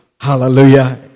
hallelujah